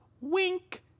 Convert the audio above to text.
wink